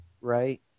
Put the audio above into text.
right